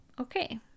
Okay